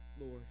Lord